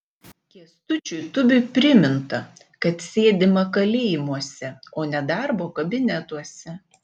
kęstučiui tubiui priminta kad sėdima kalėjimuose o ne darbo kabinetuose